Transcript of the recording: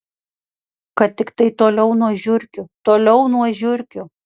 kad tiktai toliau nuo žiurkių toliau nuo žiurkių